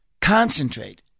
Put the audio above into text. concentrate